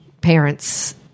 parents